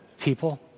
people